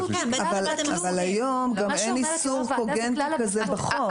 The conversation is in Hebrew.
אבל היום גם אין איסור קוגנטי כזה בחוק.